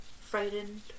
frightened